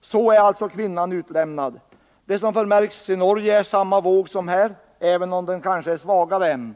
Så är alltså kvinnan utlämnad. Det som förmärks i Norge är samma våg som här, även om den kanske är svagare än så länge.